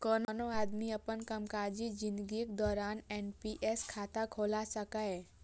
कोनो आदमी अपन कामकाजी जिनगीक दौरान एन.पी.एस खाता खोला सकैए